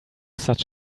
such